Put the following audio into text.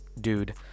dude